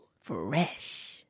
Fresh